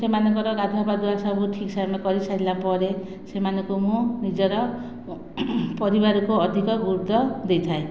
ସେମାନଙ୍କର ଗାଧୁଆ ପାଧୁଆ ସବୁ ଠିକ୍ ସେମାନେ କରିସାରିଲା ପରେ ସେମାନଙ୍କୁ ମୁଁ ନିଜର ପରିବାରରକୁ ଅଧିକ ଗୁରୁତ୍ୱ ଦେଇଥାଏ